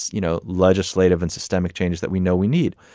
you know, legislative and systemic changes that we know we need.